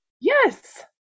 yes